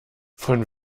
von